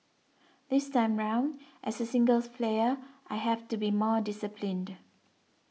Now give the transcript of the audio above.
this time round as a singles player I have to be more disciplined